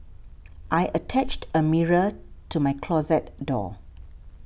I attached a mirror to my closet door